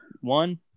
one